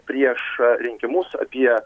prieš rinkimus apie